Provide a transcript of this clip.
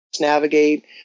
navigate